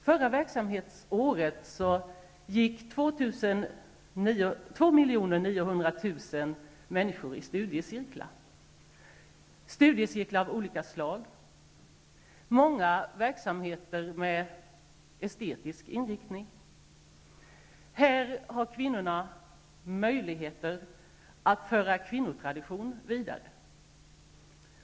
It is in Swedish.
Förra verksamhetsåret gick 2 900 000 människor i studiecirklar av olika slag. Många gick i studiecirkel med verksamhet med estetisk inriktning. Här får kvinnorna möjligheter att föra en kvinnotradition vidare.